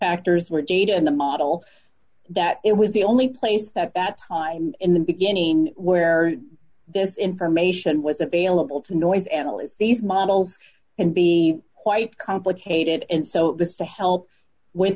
actors were paid and the model that it was the only place that time in the beginning where this information was available to noise analysts these models and be quite complicated and so this is to help with